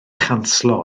chanslo